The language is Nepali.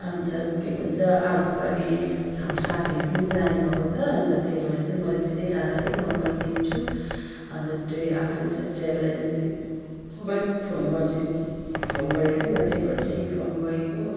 अन्त के भन्छ अर्को पालि हाम्रो साथीहरू पनि जाने भएको छ अन्त त्यही भएर चाहिँ मैले चाहिँ त्यही दादाकै नम्बर दिन्छु अन्त ट्रे आकाङ्क्षा ट्राभल एजेन्सीमा नै फोन गरिदिनु फोन गरेर चाहिँ मैले त्यही भएर चाहिँ इन्फर्म गरेको